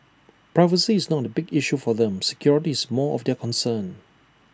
privacy is not A big issue for them security is more of their concern